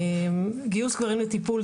גיוס גברים לטיפול,